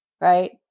right